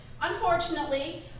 Unfortunately